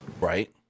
Right